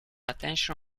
attention